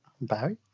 Barry